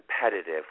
competitive